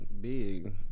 big